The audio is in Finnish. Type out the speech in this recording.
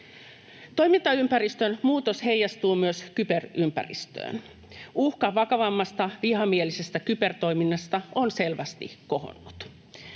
Toimintaympäristön muutos heijastuu myös kyberympäristöön. Uhka vakavammasta vihamielisestä kybertoiminnasta on selvästi kohonnut.